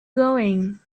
going